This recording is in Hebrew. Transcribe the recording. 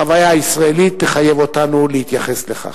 החוויה הישראלית תחייב אותנו להתייחס לכך.